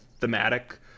thematic